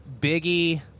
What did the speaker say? biggie